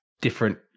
different